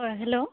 अ हेल'